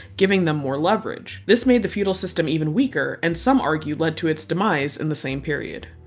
giving them more leverage. this made the feudal system even weaker, and some argue, led to its demise in the same period.